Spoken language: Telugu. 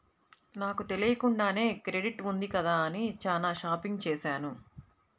నాకు తెలియకుండానే క్రెడిట్ ఉంది కదా అని చానా షాపింగ్ చేశాను